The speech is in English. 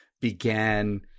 began